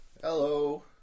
Hello